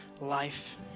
life